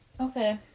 Okay